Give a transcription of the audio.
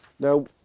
Now